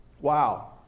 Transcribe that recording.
Wow